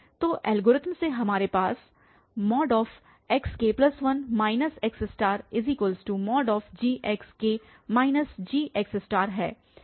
तो एल्गोरिथ्म से हमारे पास xk1 xgxk gx है